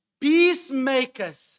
Peacemakers